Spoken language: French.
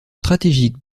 stratégique